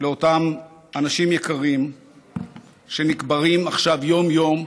לאותם אנשים יקרים שנקברים עכשיו יום-יום בפיטסבורג: